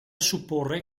supporre